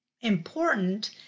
important